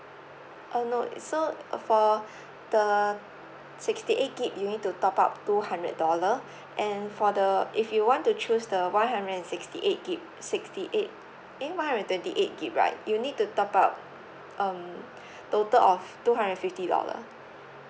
uh no it so for the sixty eighty gig you need to top up two hundred dollar and for the if you want to choose the one hundred and sixty eight gig sixty eight eh one hundred and twenty eight gig right you need to top up um total of two hundred and fifty dollar